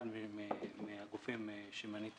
אחד מהגופים שמניתי